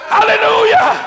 Hallelujah